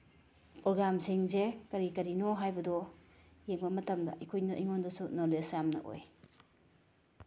ꯄ꯭ꯔꯣꯒꯥꯝꯁꯤꯡꯁꯦ ꯀꯔꯤ ꯀꯔꯤꯅꯣ ꯍꯥꯏꯕꯗꯣ ꯌꯦꯡꯕ ꯃꯇꯝꯗ ꯑꯩꯈꯣꯏꯅ ꯑꯩꯉꯣꯟꯗꯁꯨ ꯅꯣꯂꯦꯖ ꯌꯥꯝꯅ ꯑꯣꯏ